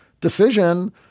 decision